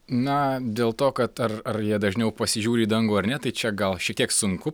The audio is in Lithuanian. na dėl to kad ar ar jie dažniau pasižiūri į dangų ar ne tai čia gal šiel tiek sunku